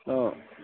অঁ